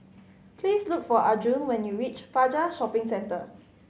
please look for Arjun when you reach Fajar Shopping Centre